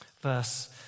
Verse